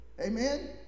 Amen